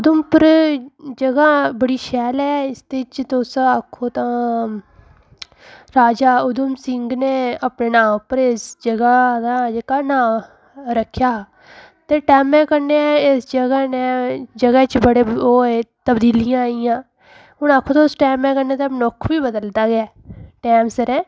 उधमपुर जगहा बड़ी शैल ऐ इसदे च तुस आक्खो तां राजा उधम सिंह ने अपने नांऽ उप्पर इस जगह् दा जेह्का नांऽ रखेआ हा ते टैमें कन्नै इस जगह् ने जगह् च बड़े ओह् होए मतलब तबदीलियां आइयां हून आखो तुस टैमे कन्नै मनुक्ख बी बदलदा गै टैम सिरे